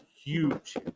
huge